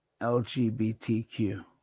LGBTQ